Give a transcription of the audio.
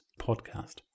podcast